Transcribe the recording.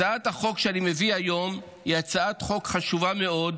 הצעת החוק שאני מביא היום היא הצעת חוק חשובה מאוד,